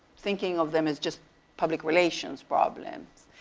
thinking of them as just public relations problems?